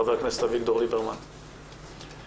חבר הכנסת אביגדור ליברמן, בבקשה.